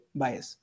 bias